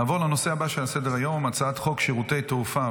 נעבור לנושא הבא שעל סדר-היום: הצעת חוק שירותי תעופה